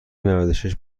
نودوشش